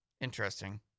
Interesting